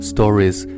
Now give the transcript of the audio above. Stories